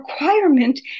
requirement